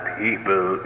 people